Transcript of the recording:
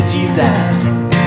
Jesus